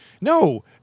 No